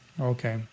Okay